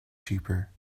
cheaper